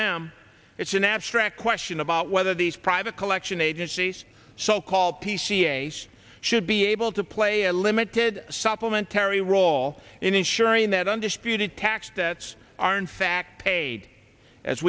them it's an abstract question about whether these private collection agencies so called p c s should be able to play a limited supplement terri role in ensuring that undisputed tax this are in fact paid as